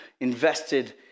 invested